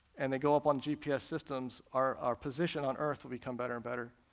and they go up on gps systems, our our position on earth will become better and better,